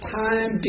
time